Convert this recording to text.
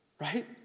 right